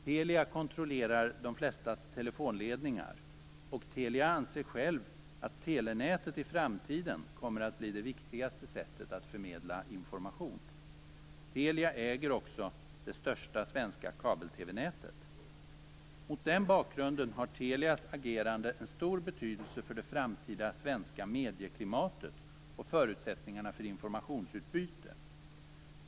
Telia kontrollerar de flesta telefonledningar, och Telia anser självt att telefonledningen i framtiden kommer att bli det viktigaste sättet att förmedla information. Telia äger också det största svenska kabel-TV-nätet. Mot den bakgrunden har Telias agerande en stor betydelse för det framtida svenska medieklimatet och förutsättningarna för informationsutbyte.